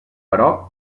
però